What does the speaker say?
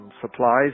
supplies